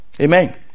Amen